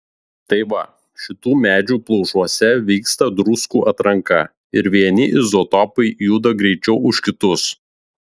tai va šitų medžių plaušuose vyksta druskų atranka ir vieni izotopai juda greičiau už kitus